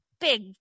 big